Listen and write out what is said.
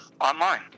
online